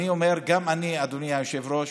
אדוני היושב-ראש,